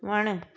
वणु